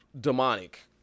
demonic